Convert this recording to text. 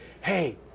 hey